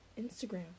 instagram